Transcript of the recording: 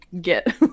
get